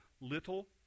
little